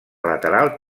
lateral